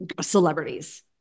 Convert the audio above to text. celebrities